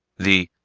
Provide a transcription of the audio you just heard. the